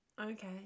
okay